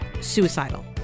suicidal